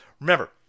Remember